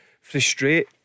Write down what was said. frustrate